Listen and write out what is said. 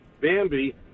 Bambi